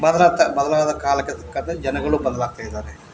ಬದಲಾದ ಬದಲಾದ ಕಾಲಕ್ಕೆ ತಕ್ಕಂತೆ ಜನಗಳೂ ಬದಲಾಗ್ತಾ ಇದ್ದಾರೆ